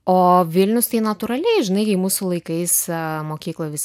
o vilnius tai natūraliai žinai jei mūsų laikais mokykloje visi